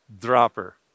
dropper